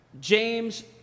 James